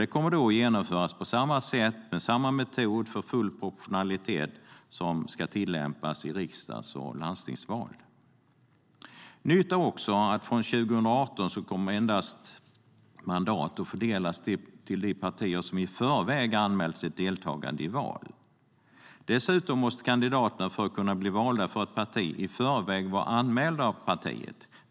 Det kommer att genomföras på samma sätt och med samma metod för full proportionalitet som i riksdags och landstingsval. Nytt är även att mandat från 2018 endast kommer att tilldelas partier som i förväg har anmält sitt deltagande i val. För att kunna bli valda för ett parti måste kandidaterna dessutom vara anmälda av partiet i förväg.